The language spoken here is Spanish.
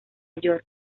york